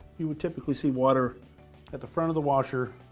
you will typically see water at the front of the washer